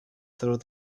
through